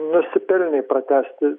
nusipelnė pratęsti